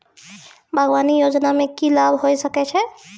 बागवानी योजना मे की लाभ होय सके छै?